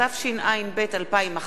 התשע”ב 2011,